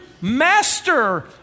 master